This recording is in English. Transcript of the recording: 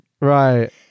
right